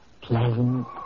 pleasant